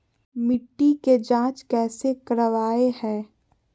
मिट्टी के जांच कैसे करावय है?